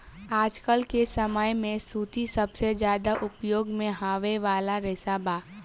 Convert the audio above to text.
आजकल के समय में सूती सबसे ज्यादा उपयोग में आवे वाला रेशा बा